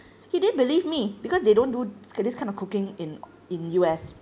he didn't believe me because they don't do this this kind of cooking in in U_S